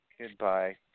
Goodbye